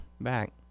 back